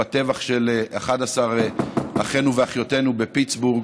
בטבח של 11 אחינו ואחיותינו בפיטסבורג,